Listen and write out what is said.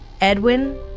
Edwin